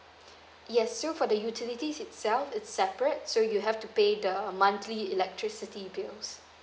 yes so for the utilities itself it's separate so you have to pay the monthly electricity bills